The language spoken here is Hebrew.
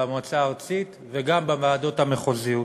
במועצה הארצית וגם בוועדות המחוזיות.